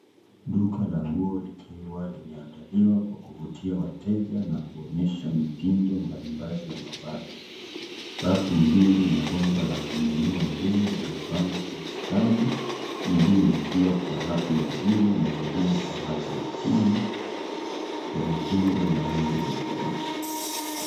Duka la nguo likiwa limeandaliwa kwa kuvutia wateja na kuonyesha mitindo mbalimbali ya mavazi. Rafu mbili na bomba la kunyanyua nguo zimepangwa kwa ustadi, zingine zikiwa kwa rafu ya juu na zingine kwa rafu ya chini kwa mitindo na rangi tofauti.